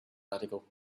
article